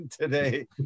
today